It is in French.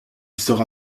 sera